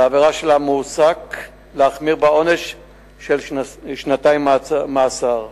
ובעבירה של המועסק להחמיר לעונש של שנתיים מאסר.